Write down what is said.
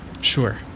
Sure